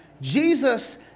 Jesus